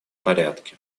порядке